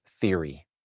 theory